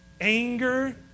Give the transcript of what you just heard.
anger